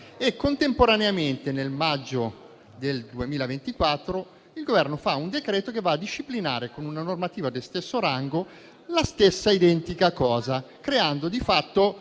contemporaneamente, nel maggio 2024 il Governo ha fatto un decreto che ha disciplinato, con una normativa di uguale rango, la stessa identica cosa, creando di fatto